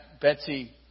Betsy